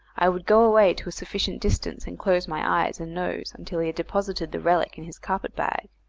i would go away to a sufficient distance and close my eyes and nose until he had deposited the relic in his carpet bag.